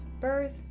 birth